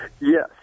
Yes